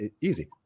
easy